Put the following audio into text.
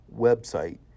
website